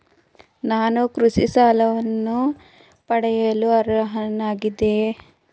ನಾನು ಕೃಷಿ ಸಾಲವನ್ನು ಪಡೆಯಲು ಅರ್ಹನಾಗಿದ್ದೇನೆಯೇ?